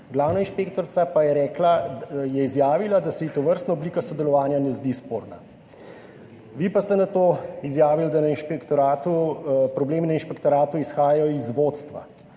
Glavna inšpektorica pa je izjavila, da se ji tovrstna oblika sodelovanja ne zdi sporna. Vi pa ste nato izjavili, da problemi na inšpektoratu izhajajo iz vodstva,